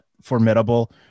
formidable